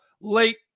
late